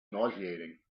nauseating